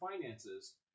Finances